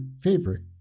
favorite